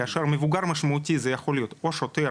כאשר מבוגר משמעותי יכול להיות שוטר,